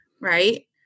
right